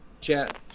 chat